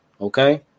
okay